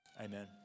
Amen